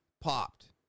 popped